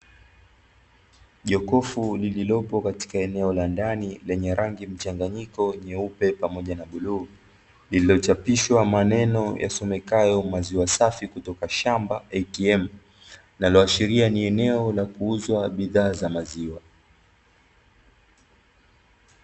Jokufu lililopo katika eneo la ndani lenye rangi mchanganyiko nyeupe pamoja na buluu, lililochapishwa maneno yasomekayo 'maziwa safi kutoka shamba atm', linaloashiria ni eneo la kuuzwa bidhaa za maziwa.